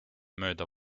mööda